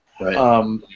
Right